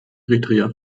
eritrea